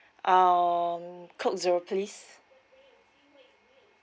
um coke zero please